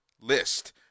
list